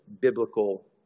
biblical